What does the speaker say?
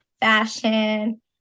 fashion